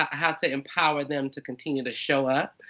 ah how to empower them to continue to show up?